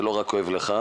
זה לא רק כואב לך,